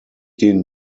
den